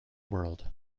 world